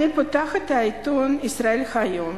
אני פותחת את העיתון "ישראל היום",